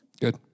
Good